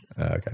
Okay